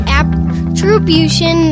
attribution